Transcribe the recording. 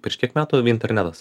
prieš kiek metų internetas